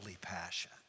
passion